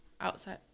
Outside